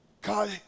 God